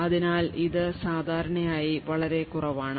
അതിനാൽ ഇത് സാധാരണയായി വളരെ കുറവാണ്